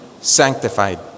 sanctified